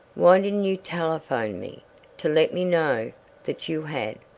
why didn't you telephone me to let me know that you had?